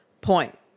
point